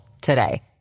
today